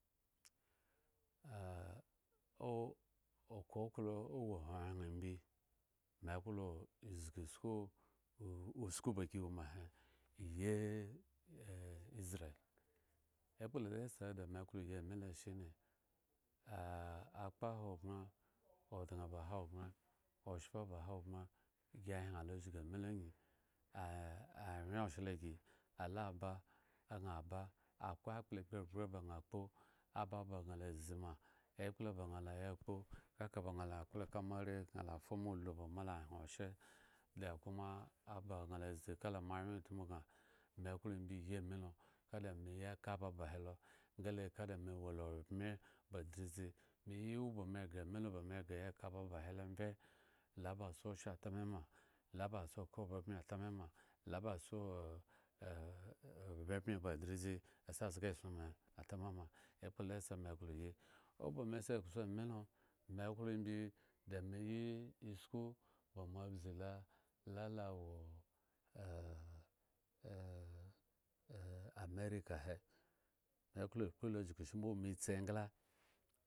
o-okoklo owo hyehyen imbi me klo zgisku usku ba gi ewo ma he iyiezrel ekpla la esa da me klo yi ami lo shine akpa hogbren, odŋe ba hogbren, oshpa ba hogbren gi hyen lo zgi ami lo angyi awyen oshla gi ala ba agŋa ba akwe akpla egbregbrebaŋha la kpo aba baŋ la zi ma ekpla baŋ la ya kpo, kaka baŋ la ya moare baŋ lafumo ulu mo hyen oshe lo koma aba gŋa la zi ka moawyentmu baŋ me klo imbi yi ami lo nga da me ya ka aba ba helo nga da me wola ubme ba dridzi me yi bame ghre amilo ba ghre ya eka aba ba he lo vye lo ba si oshe ota mema lo aba si oka obmyebmye ta me ma, lo ba si eh obmebmeba dridzi si azga eson me atama ekpla la esa me klo yi oba me sa ekso amilo me klo imbi ha me yi usku ba moabzu lo la lo wo amerika he me klo kpre lo chuku shimbo metsi engla